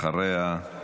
אחריה,